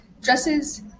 dresses